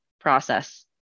process